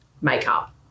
makeup